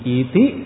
iti